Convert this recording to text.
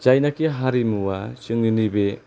जायनोखि हारिमुआ जोंनि बे